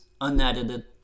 unedited